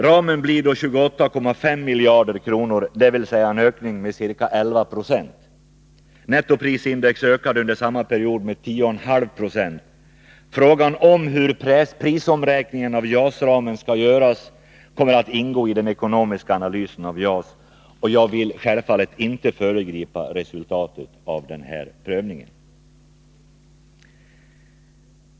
Ramen blir då 28,5 miljarder kronor, dvs. en ökning med ca 11 96. Nettoprisindex ökade under samma period med 10,5 96. Frågan om hur prisomräkningen av JAS-ramen skall göras kommer att ingå i den ekonomiska analysen av JAS-projektet. Jag vill självfallet inte föregripa resultatet av denna prövning.